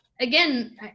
again